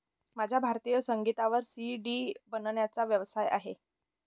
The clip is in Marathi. माझा भारतीय संगीतावर सी.डी बनवण्याचा व्यवसाय आहे